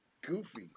goofy